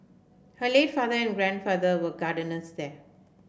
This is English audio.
her late father and grandfather were gardeners there